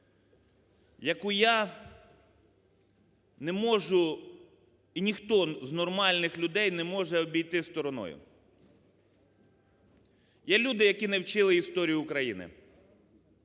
яку я не можу і ніхто з нормальних людей не може обійти стороною. Є люди, які не вчили історію України,